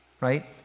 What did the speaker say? Right